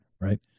right